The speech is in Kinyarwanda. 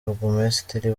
burugumesitiri